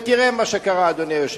תראה מה שקרה, אדוני היושב-ראש: